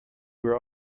were